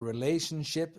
relationship